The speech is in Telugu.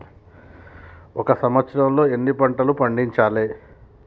ఒక సంవత్సరంలో ఎన్ని పంటలు పండించాలే?